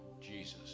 Jesus